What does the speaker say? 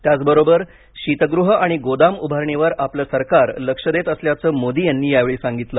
त्याचबरोबर शीतगृह आणि गोदाम उभारणीवर आपले सरकार लक्ष देत असल्याचं मोदी यांनी यावेळी सांगितलं